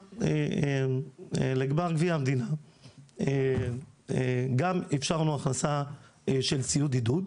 לגמר גביע המדינה גם אפשרנו הכנסה של ציוד עידוד.